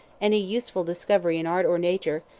any useful discovery in art or nature,